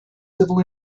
civil